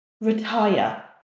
retire